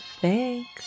Thanks